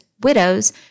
widows